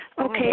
Okay